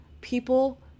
people